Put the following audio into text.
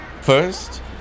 First